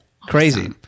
crazy